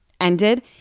ended